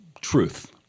truth